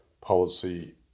policy